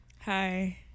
Hi